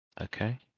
Okay